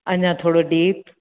अञा थोड़ो डीप